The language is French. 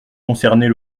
concernées